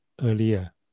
earlier